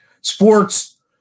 sports